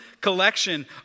collection